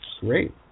Great